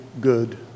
good